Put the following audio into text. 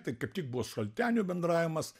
tai kaip tik buvo su šalteniu bendravimas